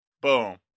boom